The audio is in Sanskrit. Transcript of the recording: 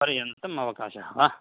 पर्यन्तम् अवकाशः वा